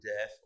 death